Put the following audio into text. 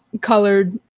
colored